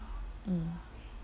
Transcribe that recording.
mm